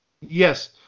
Yes